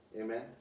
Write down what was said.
Amen